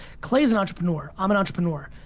clay is an entrepreneur, i'm an entrepreneur,